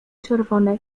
czerwone